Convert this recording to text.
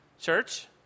Church